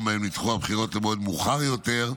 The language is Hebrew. שבהן נדחו הבחירות למועד מאוחר יותר,